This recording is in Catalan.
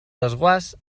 desguàs